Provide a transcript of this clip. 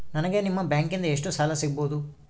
ನನಗ ನಿಮ್ಮ ಬ್ಯಾಂಕಿನಿಂದ ಎಷ್ಟು ಸಾಲ ಸಿಗಬಹುದು?